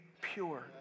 pure